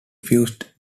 fused